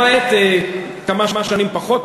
למעט כמה שנים פחות